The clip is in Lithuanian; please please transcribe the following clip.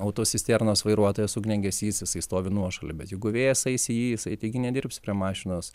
autocisternos vairuotojas ugniagesys jisai stovi nuošaly bet jeigu vėjas eisi į jį jisai taigi nedirbsi prie mašinos